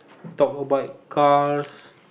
talk about cars